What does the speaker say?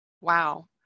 wow